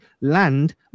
land